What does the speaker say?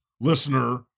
listener